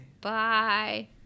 Bye